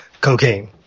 cocaine